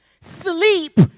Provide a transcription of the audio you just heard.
sleep